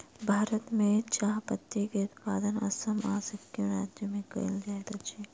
भारत में चाह पत्ती के उत्पादन असम आ सिक्किम राज्य में कयल जाइत अछि